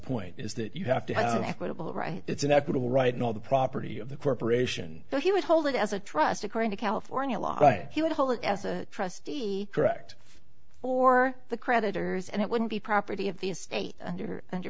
point is that you have to have an equitable right it's an equitable right now the property of the corporation so he would hold it as a trust according to california law and he would hold it as a trustee correct or the creditors and it wouldn't be property of the state under under